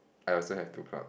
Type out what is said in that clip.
I also have two prop